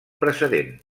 precedent